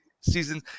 season